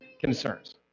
concerns